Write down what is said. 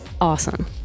awesome